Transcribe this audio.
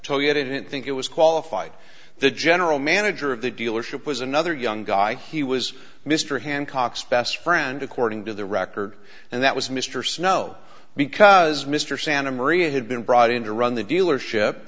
they didn't think it was qualified the general manager of the dealership was another young guy he was mr hancock's best friend according to the record and that was mr snow because mr santa maria had been brought in to run the dealership